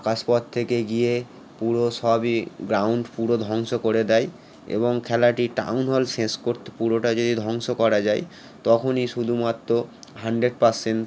আকশ পথ থেকে গিয়ে পুরো সবই গ্রাউন্ড পুরো ধ্বংস করে দেয় এবং খেলাটির টাউন হল শেষ করতে পুরোটা যদি ধ্বংস করা যায় তখনই শুধুমাত্র হানড্রেড পারসেন্ট